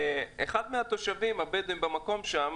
אחד התושבים הבדואים במקום שם,